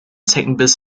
zeckenbiss